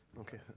Okay